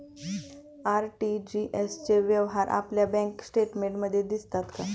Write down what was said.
RTGS चे व्यवहार आपल्या बँक स्टेटमेंटमध्ये दिसतात का?